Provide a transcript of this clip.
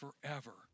forever